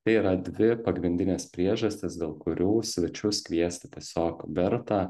tai yra dvi pagrindinės priežastys dėl kurių svečius kviesti tiesiog verta